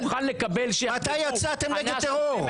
מתי יצאתם נגד טרור?